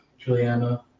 Juliana